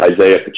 Isaiah